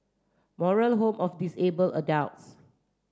Moral Home of Disabled Adults